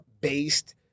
based